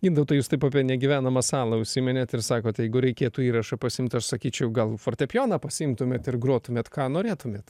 gintautai jūs taip apie negyvenamą salą užsiminėt ir sakote jeigu reikėtų įrašą pasiimt aš sakyčiau gal fortepijoną pasiimtumėt ir grotumėt ką norėtumėt